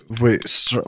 Wait